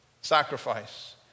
sacrifice